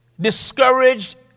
discouraged